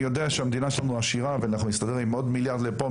אני יודע שהמדינה שלנו עשירה ואנחנו נסתדר עם עוד מיליארד לפה,